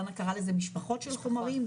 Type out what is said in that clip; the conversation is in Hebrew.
דנה קראה לזה משפחות של חומרים,